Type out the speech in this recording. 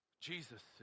Jesus